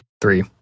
Three